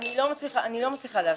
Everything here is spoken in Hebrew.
אני לא מצליחה להבין.